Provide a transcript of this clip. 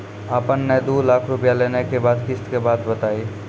आपन ने दू लाख रुपिया लेने के बाद किस्त के बात बतायी?